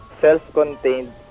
Self-contained